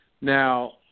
Now